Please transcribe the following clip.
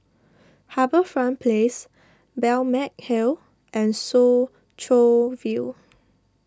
HarbourFront Place Balmeg Hill and Soo Chow View